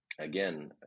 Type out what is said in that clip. again